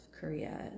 Korea